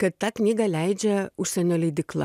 kad tą knygą leidžia užsienio leidykla